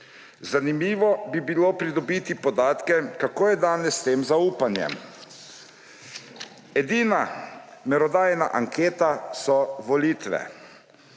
Zanimivo bi bilo pridobiti podatke, kako je danes s tem zaupanjem. Edina merodajna anketa so volitve,